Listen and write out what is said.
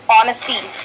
Honesty